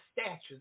statutes